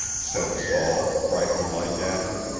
said saul, frightened-like at her.